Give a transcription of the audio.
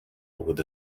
with